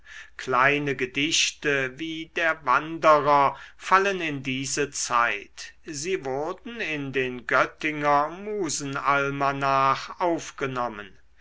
kleine gedichte wie der wanderer fallen in diese zeit sie wurden in den göttinger musenalmanach aufgenommen